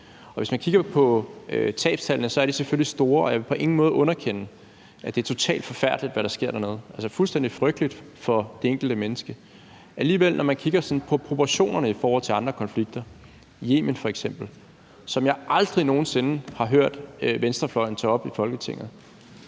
Hvis man kigger på tabstallene, er de selvfølgelig store, og jeg vil på ingen måde underkende, at det er totalt forfærdeligt, hvad der sker dernede – det er fuldstændig frygteligt for det enkelte menneske. Alligevel, når man kigger sådan på proportionerne i forhold til andre konflikter, i Yemen f.eks., som jeg aldrig nogen sinde har hørt venstrefløjen tage op i Folketinget,